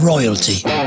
Royalty